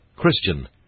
Christian